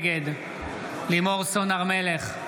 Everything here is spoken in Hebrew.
נגד לימור סון הר מלך,